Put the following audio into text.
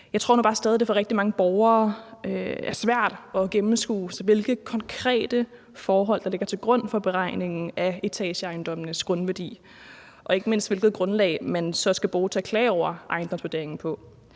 nu bare stadig, at det for rigtig mange borgere er svært at gennemskue, hvilke konkrete forhold der ligger til grund for beregningen af etageejendommenes grundværdi, og ikke mindst hvilket grundlag man så skal bruge til at klage over ejendomsvurderingen.